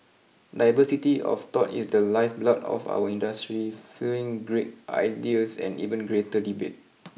diversity of thought is the lifeblood of our industry fuelling great ideas and even greater debate